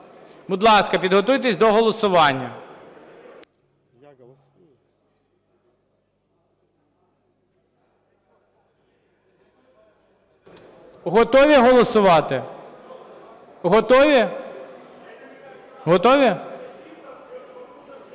Будь ласка, підготуйтеся до голосування. Готові голосувати? Готові? Готові?